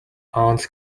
aunt